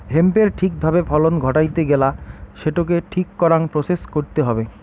হেম্পের ঠিক ভাবে ফলন ঘটাইতে গেলা সেটোকে ঠিক করাং প্রসেস কইরতে হবে